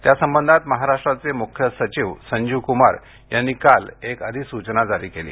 त्यासंबंधात महाराष्ट्राचे मुख्य सचिव संजीव कुमार यांनी काल एक अधिसूचना जारी केली